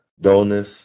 dullness